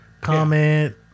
comment